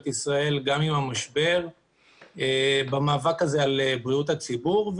ישראל גם עם המשבר ובמאבק הזה על בריאות הציבור,